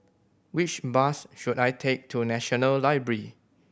which bus should I take to National Library